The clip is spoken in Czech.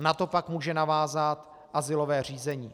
Na to pak může navázat azylové řízení.